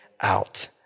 out